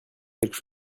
quelque